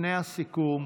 לפני הסיכום